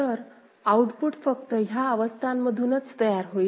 तर आउटपुट फक्त ह्या अवस्थांमधूनच तयार होईल